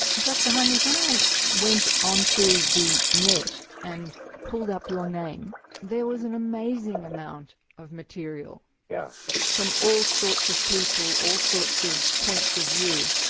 dr heimlich when i went onto the net and pulled up your name there was an amazing amount of material yeah from all sorts of people, all sorts of points of view.